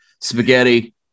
spaghetti